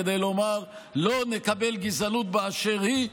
כדי לומר: לא נקבל גזענות באשר היא,